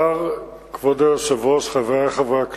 כבוד היושב-ראש, חברי חברי הכנסת,